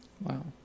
Wow